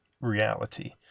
reality